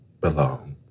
belong